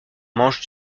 manche